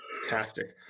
fantastic